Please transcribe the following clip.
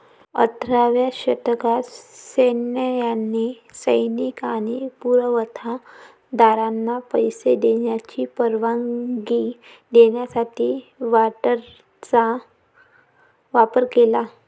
अठराव्या शतकात सैन्याने सैनिक आणि पुरवठा दारांना पैसे देण्याची परवानगी देण्यासाठी वॉरंटचा वापर केला